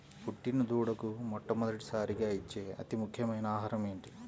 పుట్టిన దూడకు మొట్టమొదటిసారిగా ఇచ్చే అతి ముఖ్యమైన ఆహారము ఏంటి?